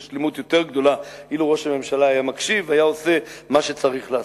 לשלמות אילו ראש הממשלה היה מקשיב והיה עושה מה שצריך לעשות.